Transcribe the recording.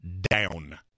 down